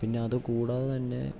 പിന്നെ അത് കൂടാതെ തന്നെ